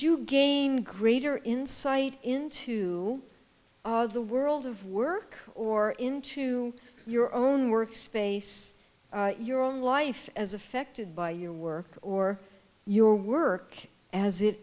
you gain greater insight into the world of work or into your own work space your own life as affected by your work or your work as it